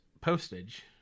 postage